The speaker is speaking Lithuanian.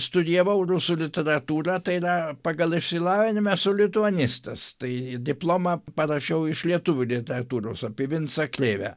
studijavau rusų literatūrą tai yra pagal išsilavinimą esu lituanistas tai diplomą parašiau iš lietuvių literatūros apie vincą krėvę